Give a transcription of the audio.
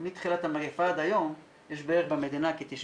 אבל כמו שאני רואה את זה אצלי במרפאה שבאמת הייתה ירידה בכמות